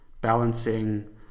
balancing